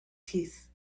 teeth